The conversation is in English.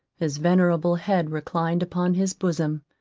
his venerable head reclined upon his bosom,